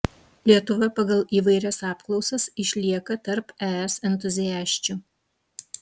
lietuva pagal įvairias apklausas išlieka tarp es entuziasčių